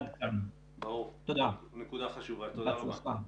נקודה חשובה, תודה רבה.